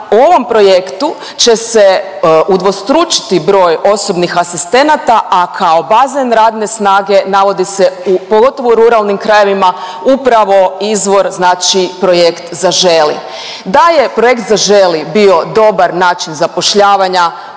Na ovom projektu će se udvostručiti broj osobnih asistenata, a kao bazen radne snage navodi se, pogotovo u ruralnim krajevima, upravo izvor znači projekt „Zaželi“. Da je projekt „Zaželi“ bio dobar način zapošljavanja